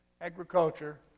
agriculture